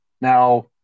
now